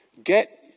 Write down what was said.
Get